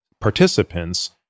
participants